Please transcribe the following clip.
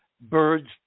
birds